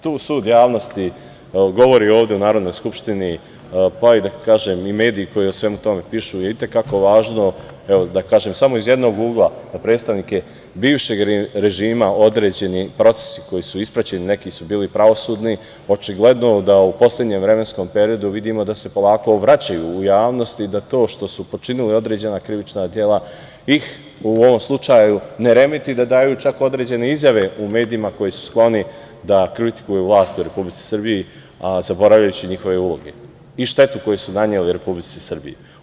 Tu sud javnosti govori ovde u Narodnoj skupštini, pa hajde da kažem, i mediji koji o svemu tome pišu je i te kako važno, da kažem, samo iz jednog ugla, predstavnike bivšeg režima određeni procesi koji su ispraćeni, neki su bili pravosudni, očigledno da u poslednjem vremenskom periodu vidimo da se polako vraćaju u javnosti i da to što su počinili određena krivična dela ih u ovom slučaju ne remeti da daju čak određene izjave u medijima koji su skloni da kritikuju vlasti u Republici Srbiji, a zaboravljajući njihove uloge i štetu koju su naneli Republici Srbiji.